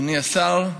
אדוני השר,